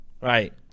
Right